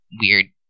weird